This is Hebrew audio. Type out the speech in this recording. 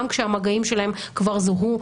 גם כשהמגעים שלהם כבר זוהו,